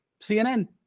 CNN